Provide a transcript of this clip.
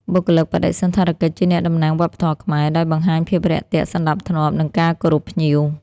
បុគ្គលិកបដិសណ្ឋារកិច្ចជាអ្នកតំណាងវប្បធម៌ខ្មែរ ដោយបង្ហាញភាពរាក់ទាក់ សណ្តាប់ធ្នាប់ និងការគោរពភ្ញៀវ។